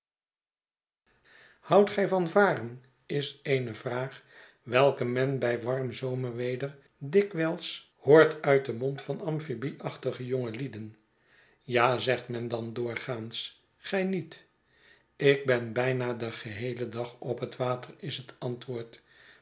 houdt gij van varen is eene vraag welke men bij warm zomerweder dikwijls hoort uit u sghetsen van boz den mond van amphibieachtige jongelieden ja zegt men dan doorgaans gij niet ik ben buna den geheelen dag op het water is het antwoord